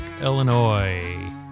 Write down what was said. illinois